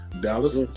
Dallas